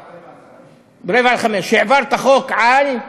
04:45. ב-04:45, העברת חוק, על?